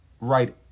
right